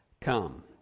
come